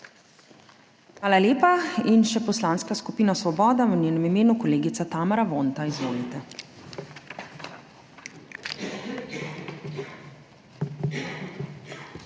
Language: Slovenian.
Hvala lepa. In še poslanska skupina Svoboda, v njenem imenu kolegica Tamara Vonta. Izvolite.